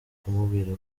kumubwira